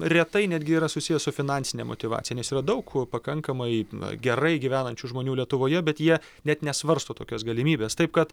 retai netgi yra susiję su finansine motyvacija nes yra daug pakankamai gerai gyvenančių žmonių lietuvoje bet jie net nesvarsto tokios galimybės taip kad